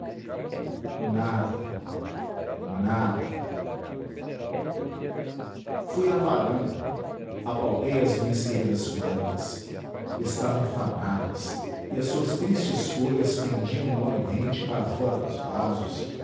nada nada fui à varanda apalpei as minhas queridas plantas estavam fanadas e as suas tristes folhas pendiam molemente para fora dos vasos